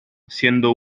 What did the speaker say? siendo